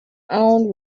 own